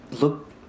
look